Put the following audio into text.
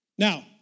Now